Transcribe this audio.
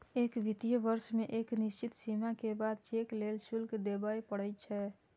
एक वित्तीय वर्ष मे एक निश्चित सीमा के बाद चेक लेल शुल्क देबय पड़ै छै